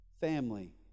family